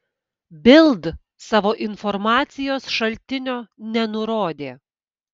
bild savo informacijos šaltinio nenurodė